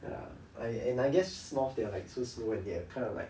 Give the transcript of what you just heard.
ya I and I guess sloth they're like just lay on bed kind of like